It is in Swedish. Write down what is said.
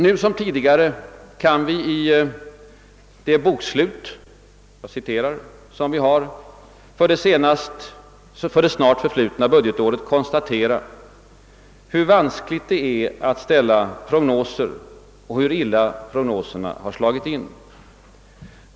Nu som tidigare kan vi i det »bokslut» som vi har för det snart förflutna budgetåret konstatera, hur vanskligt det är att ställa prognoser och hur illa prognoserna slagit in.